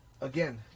Again